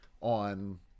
on